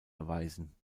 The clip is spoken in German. erweisen